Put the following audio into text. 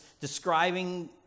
describing